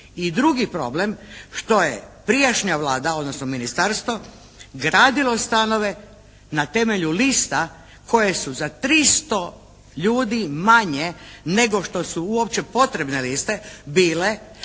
I drugi problem što je prijašnja Vlada, odnosno ministarstvo gradilo stanove na temelju lista koje su za tristo ljudi manje nego što su uopće potrebne liste bile.